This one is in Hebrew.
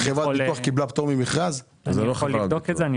אבדוק את זה.